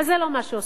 אבל זה לא מה שעושים.